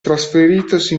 trasferitosi